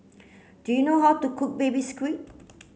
do you know how to cook baby squid